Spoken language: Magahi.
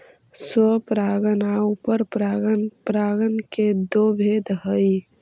स्वपरागण आउ परपरागण परागण के दो भेद हइ